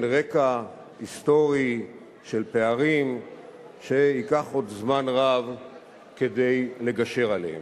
רקע היסטורי של פערים שייקח עוד זמן רב לגשר עליהם.